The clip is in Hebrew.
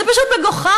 זה פשוט מגוחך.